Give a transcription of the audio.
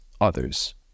others